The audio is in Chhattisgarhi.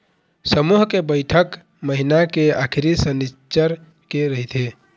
समूह के बइठक महिना के आखरी सनिच्चर के रहिथे